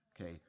Okay